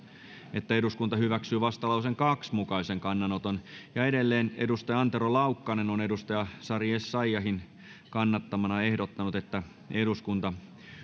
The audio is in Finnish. että eduskunta hyväksyy vastalauseen kahden mukaisen kannanoton ja antero laukkanen on sari essayahin kannattamana ehdottanut että eduskunta